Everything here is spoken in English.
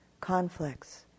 conflicts